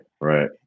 Right